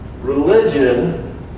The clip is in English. Religion